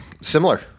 Similar